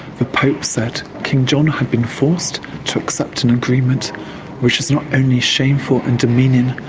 the pope said king john had been forced to accept an agreement which is not only shameful and demeaning,